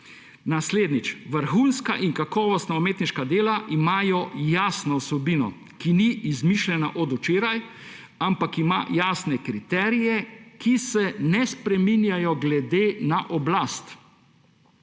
Naslednjič. Vrhunska in kakovostna umetniška dela imajo jasno vsebino, ki ni izmišljena od včeraj, ampak ima jasne kriterije, ki se ne spreminjajo glede na oblast.